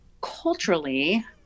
culturally